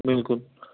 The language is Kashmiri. بِلکُل